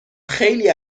خیلی